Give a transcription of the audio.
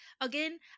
Again